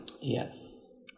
Yes